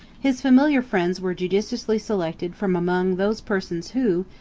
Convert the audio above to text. his familiar friends were judiciously selected from among those persons, who,